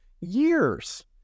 years